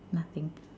nothing